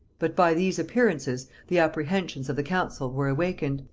but by these appearances the apprehensions of the council were awakened,